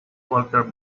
walter